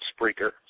Spreaker